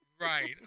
Right